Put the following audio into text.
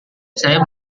saya